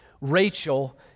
Rachel